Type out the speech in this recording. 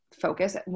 focus